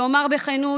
שאומר בכנות,